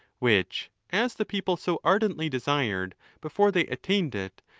which, as the people so ardently desired before they attained it,